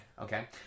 Okay